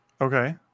Okay